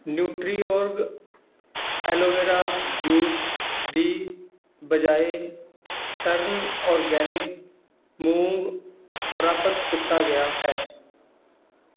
Nutriorg aloe vera juice ਦੀ ਬਜਾਏ turn organic ਮੂੰਗ ਪ੍ਰਾਪਤ ਕੀਤਾ ਗਿਆ ਹੈ